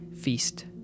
feast